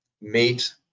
meet